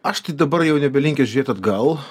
aš tai dabar jau nebelinkęs žiūrėt atgal